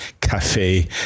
cafe